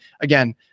Again